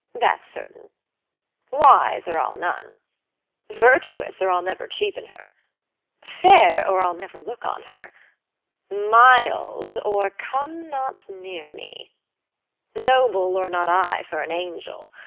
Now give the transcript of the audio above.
that's certain wise, or i'll none virtuous, or i'll never cheapen her fair, or i'll never look on her mild, or come not near me noble, or not i for an angel